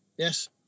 Yes